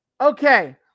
okay